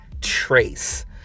trace